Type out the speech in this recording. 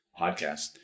podcast